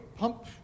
Pump